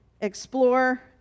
explore